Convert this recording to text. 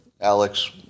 Alex